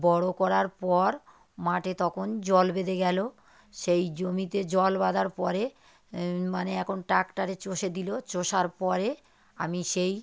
বড়ো করার পর মাঠে তখন জল বেঁধে গেলো সেই জমিতে জল বাঁধার পরে মানে এখন ট্রাক্টারে চষে দিলো চষার পরে আমি সেই